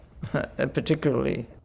particularly